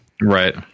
right